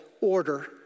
order